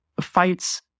fights